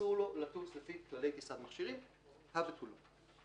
אסור לו לטוס לפי כללי טיסת מכשירים ותו לא.